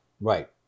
Right